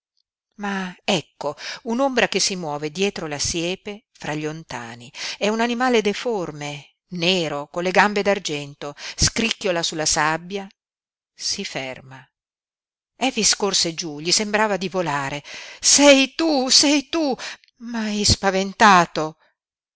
ma ecco un'ombra che si muove dietro la siepe fra gli ontani è un animale deforme nero con le gambe d'argento scricchiola sulla sabbia si ferma efix corse giú gli sembrava di volare sei tu sei tu m'hai spaventato